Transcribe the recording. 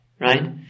Right